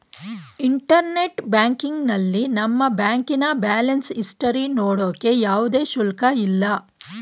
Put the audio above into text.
internet ಬ್ಯಾಂಕಿಂಗ್ನಲ್ಲಿ ನಮ್ಮ ಬ್ಯಾಂಕಿನ ಬ್ಯಾಲೆನ್ಸ್ ಇಸ್ಟರಿ ನೋಡೋಕೆ ಯಾವುದೇ ಶುಲ್ಕ ಇಲ್ಲ